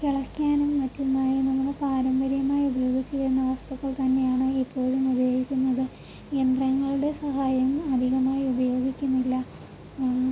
കിളയ്ക്കാനും മറ്റുമായി നമ്മൾ പാരമ്പര്യമായി ഉപയോഗിച്ച് വരുന്ന വസ്തുക്കൾ തന്നെയാന്ന് ഇപ്പോഴും ഉപയോഗിക്കുന്നത് യന്ത്രങ്ങളുടെ സഹായം അധികമായി ഉപയോഗിക്കുന്നില്ല